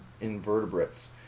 invertebrates